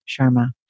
Sharma